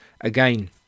again